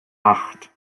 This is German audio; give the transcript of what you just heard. acht